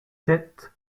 sept